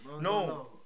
no